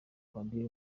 padiri